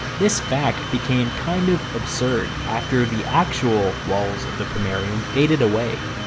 this fact became kind of absurd after the actual walls of the pomerium faded away.